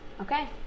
Okay